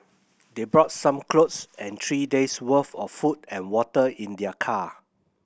they brought some clothes and three days' worth of food and water in their car